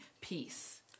peace